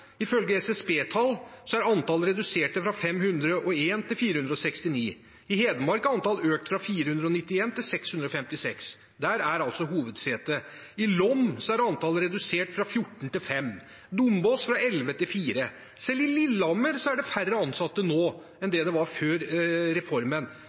Ifølge SSB-tall er antall ansatte redusert fra 501 til 469. I Hedmark er antallet økt fra 491 til 656. Der ligger hovedsetet. I Lom er antallet redusert fra 14 til 5, på Dombås fra 11 til 4. Selv i Lillehammer er det færre ansatte nå enn